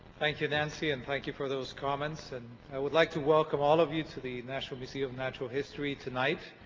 thank you nancy and thank you for those comments. and i would like to welcome all of you to the national museum of natural history tonight.